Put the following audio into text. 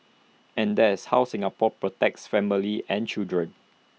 and that's how Singapore protects families and children